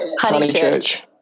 Honeychurch